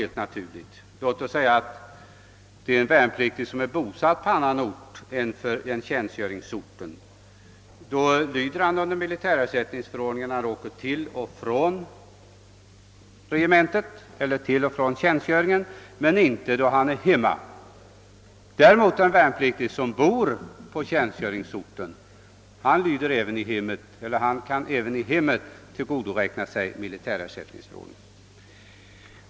För en värnpliktig, som bor på annan ort än tjänstgöringsorten, regleras yrkesskador enligt militärersättningsförordningen när han åker till och från tjänstgöringen men inte då han vistas hemma. För den värnpliktige däremot som bor på tjänstgöringsorten gäller militärersättningsförordningen även när han vistas i hemmet.